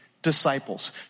disciples